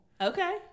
Okay